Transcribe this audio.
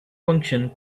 function